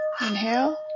inhale